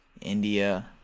India